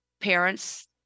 parents